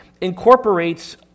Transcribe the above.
incorporates